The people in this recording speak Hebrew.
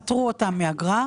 פטרו מאגרה.